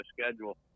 schedule